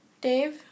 Dave